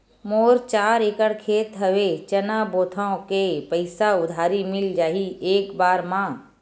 मोर चार एकड़ खेत हवे चना बोथव के पईसा उधारी मिल जाही एक बार मा?